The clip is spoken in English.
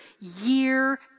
year